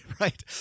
Right